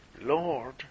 Lord